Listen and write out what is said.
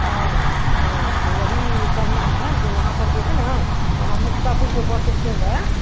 हाँ हाँ तो वही करना है जो वहाँ पर जो है ना वहाँ मुक्तापुर जो बस इस्टेंड है